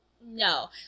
No